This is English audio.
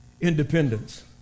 independence